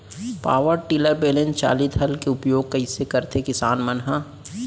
Power tiller बैलेंस चालित हल के उपयोग कइसे करथें किसान मन ह?